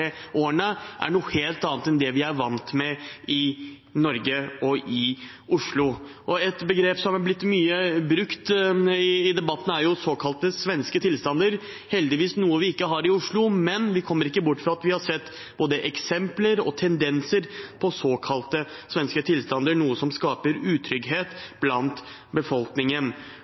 årene, er noe helt annet enn det vi er vant med i Norge og i Oslo. Et begrep som har vært mye brukt i debatten, er såkalte svenske tilstander. Det er heldigvis noe vi ikke har i Oslo, men vi kommer ikke bort fra at vi har sett både eksempler og tendenser til såkalte svenske tilstander, noe som skaper utrygghet blant befolkningen.